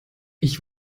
ich